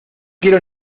quiero